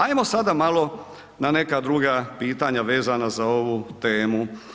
Ajmo sada malo na neka druga pitanja vezano za ovu temu.